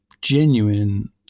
genuine